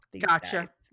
Gotcha